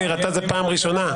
שניר, זאת פעם ראשונה.